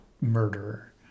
murderer